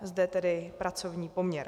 Zde tedy pracovní poměr.